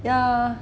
yeah